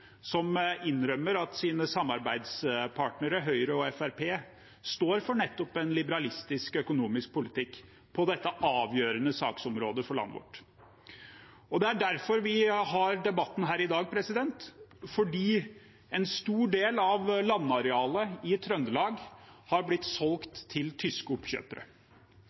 som innrømmer at samarbeidspartnerne Høyre og Fremskrittspartiet står for en liberalistisk økonomisk politikk på dette avgjørende saksområdet for landet vårt. Det er derfor vi har debatten i dag, fordi en stor del av landarealet i Trøndelag har blitt solgt til tyske oppkjøpere.